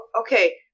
okay